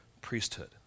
priesthood